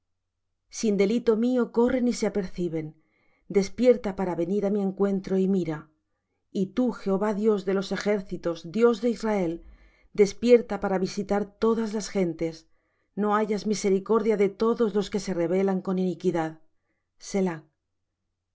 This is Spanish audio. sin delito mío corren y se aperciben despierta para venir á mi encuentro y mira y tú jehová dios de los ejércitos dios de israel despierta para visitar todas las gentes no hayas misericordia de todos los que se rebelan con iniquidad selah volveránse